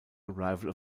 arrival